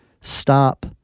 stop